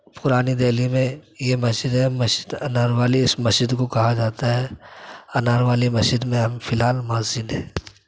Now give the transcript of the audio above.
پُرانی دہلی میں یہ مسجد ہے مسجد انار والی اِس مسجد کو کہا جاتا ہے انار والی مسجد میں ہم فی الحال مؤذن ہیں